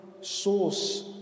source